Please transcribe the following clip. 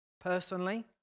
Personally